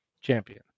champion